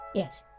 yes.